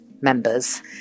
members